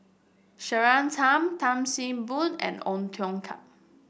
Claire Tham Tan See Boo and Ong Tiong Khiam